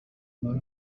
مارو